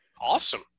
Awesome